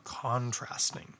contrasting